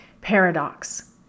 paradox